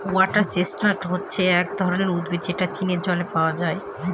water chestnut হচ্ছে এক ধরনের উদ্ভিদ যেটা চীনা জলে পাওয়া যায়